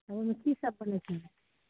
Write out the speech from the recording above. तऽ ओहिमे की सब बनै छै